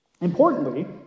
Importantly